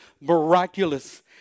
miraculous